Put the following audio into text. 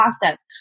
process